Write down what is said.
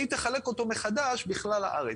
והיא תחלק אותו מחדש בכלל הארץ.